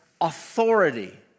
authority